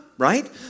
Right